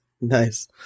Nice